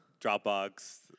Dropbox